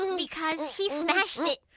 and because. he smashed it.